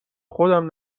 خودم